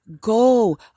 go